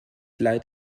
leid